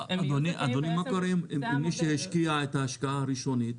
אדוני, מה קורה עם מי שהשקיע את ההשקעה הראשונית?